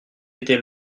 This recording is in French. était